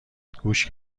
گوش